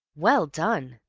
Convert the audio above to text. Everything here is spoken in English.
well done!